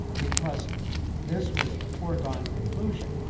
because this was a foregone conclusion,